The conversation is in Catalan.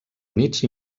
units